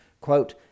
quote